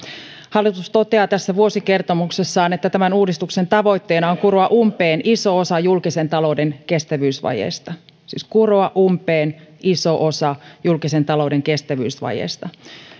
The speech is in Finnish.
hallitus toteaa tässä vuosikertomuksessaan että uudistuksen tavoitteena on kuroa umpeen iso osa julkisen talouden kestävyysvajeesta siis kuroa umpeen iso osa julkisen talouden kestävyysvajeesta